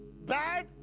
bad